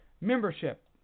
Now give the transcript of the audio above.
Membership